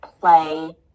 play